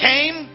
Came